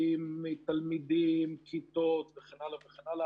ערבים, תלמידים, כיתות וכן הלאה וכן הלאה.